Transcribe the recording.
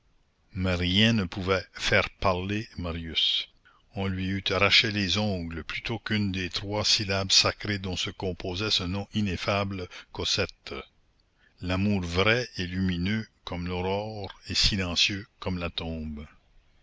mais rien ne pouvait faire parler marius on lui eût arraché les ongles plutôt qu'une des trois syllabes sacrées dont se composait ce nom ineffable cosette l'amour vrai est lumineux comme l'aurore et silencieux comme la tombe